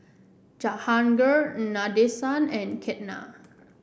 Jahangir Nadesan and Ketna